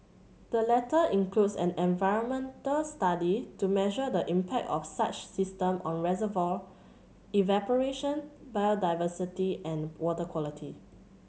the latter includes an environmental study to measure the impact of such systems on reservoir evaporation biodiversity and water quality